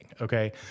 okay